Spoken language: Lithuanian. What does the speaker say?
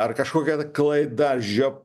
ar kažkokia klaida žiop